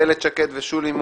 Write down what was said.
איילת שקד ושולי מועלם-רפאלי,